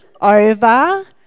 over